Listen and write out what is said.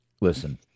listen